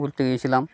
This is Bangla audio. ঘুরতে গিয়েছিলাম